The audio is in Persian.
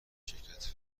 شرکت